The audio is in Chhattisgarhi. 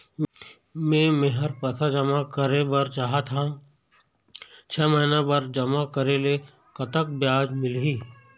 मे मेहर पैसा जमा करें बर चाहत हाव, छह महिना बर जमा करे ले कतक ब्याज मिलही?